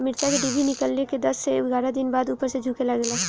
मिरचा क डिभी निकलले के दस से एग्यारह दिन बाद उपर से झुके लागेला?